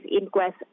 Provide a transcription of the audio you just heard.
inquest